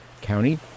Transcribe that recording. County